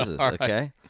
Okay